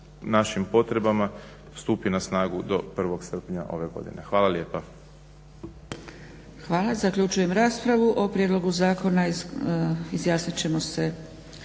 našim potrebama stupi na snagu do 1. srpnja ove godine. Hvala lijepa. **Zgrebec, Dragica (SDP)** Hvala. Zaključujem raspravu. O prijedlogu zakona izjasnit ćemo se